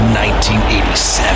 1987